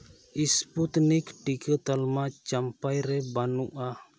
Sputnik ᱴᱤᱠᱟᱹ ᱛᱟᱞᱢᱟ ᱪᱟᱢᱯᱟᱭᱨᱮ ᱵᱟᱱᱩᱜᱼᱟ